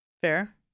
Fair